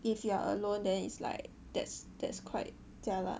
if you are alone then is like that's that's quite jialat